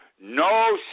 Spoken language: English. No